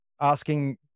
asking